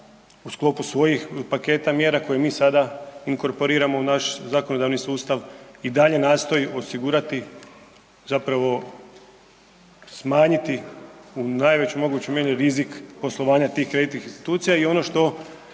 u sklopu svojih paketa mjera koje mi sada inkorporiramo u naš zakonodavni sustav i dalje nastoji osigurati zapravo smanjiti u najvećoj mogućoj mjeri rizik poslovanja tih kreditnih institucija i ono što